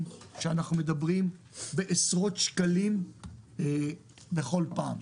שאנחנו מדברים על עשרות שקלים בכל פעם.